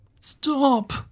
Stop